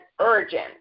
urgent